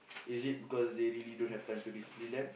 is it because they really don't have time to discipline them